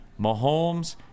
Mahomes